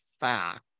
fact